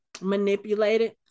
manipulated